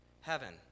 Heaven